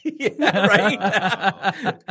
right